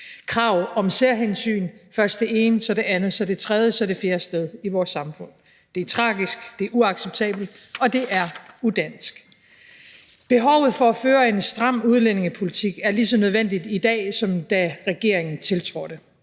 krav om særhensyn, først det ene, så det andet, så det tredje, så det fjerde sted i vores samfund. Det er tragisk, det er uacceptabelt, og det er udansk. Behovet for at føre en stram udlændingepolitik er lige så nødvendigt i dag, som da regeringen tiltrådte.